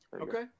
Okay